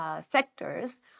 sectors-